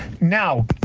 Now